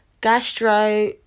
gastro